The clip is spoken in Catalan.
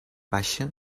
baixa